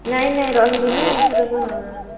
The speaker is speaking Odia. ନାଇଁ ନାଇଁ ରହିବି ନା ଏଥରକ